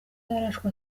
yarashwe